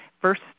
first